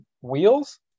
wheels